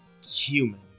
human